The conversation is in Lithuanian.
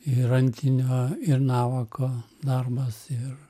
ir antinio ir navako darbas ir